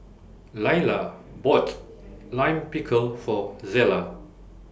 Laila bought Lime Pickle For Zella